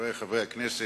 חברי חברי הכנסת,